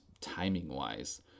timing-wise